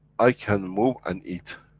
i can move and eat.